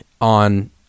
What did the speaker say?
on